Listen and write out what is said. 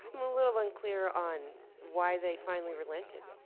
i'm a little unclear on why they finally relented.